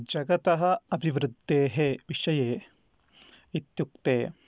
जगतः अभिवृद्धेः विषये इत्युक्ते